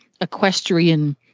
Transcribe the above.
equestrian